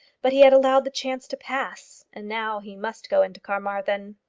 but he had allowed the chance to pass, and now he must go into carmarthen!